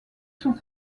sous